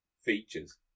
features